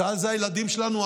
צה"ל זה הילדים שלנו,